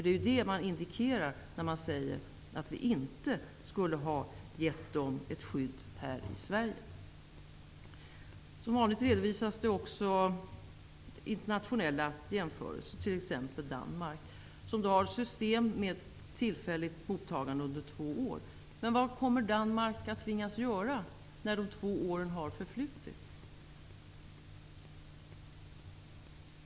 Det är det man indikerar när man säger att vi inte skulle ha gett dem ett skydd här i Som vanligt redovisas det också internationella jämförelser, t.ex. med Danmark, som har ett system med tillfälligt mottagande under två år. Men vad kommer Danmark att tvingas göra när de två åren har förflutit?